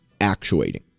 actuating